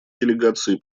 делегации